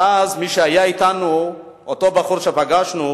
ואז, מי שהיה אתנו, אותו בחור שפגשנו,